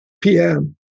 PM